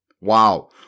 Wow